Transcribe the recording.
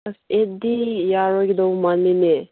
ꯑꯁ ꯑꯩꯠꯇꯤ ꯌꯥꯔꯣꯏꯗꯧꯕ ꯃꯥꯜꯂꯤꯅꯦ